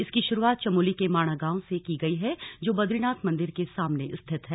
इसकी शुरूआत चमोली के माणा गांव से की गई है जो बद्रीनाथ मंदिर के सामने स्थित है